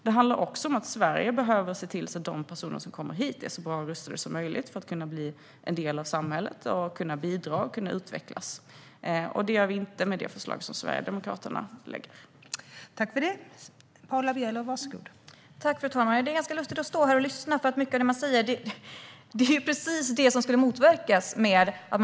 Det handlar också om att Sverige behöver se till att de personer som kommer hit är så bra rustade som möjligt för att kunna bli en del av samhället och kunna bidra och utvecklas. Det gör Sverige inte med det förslag som Sverigedemokraterna lägger fram.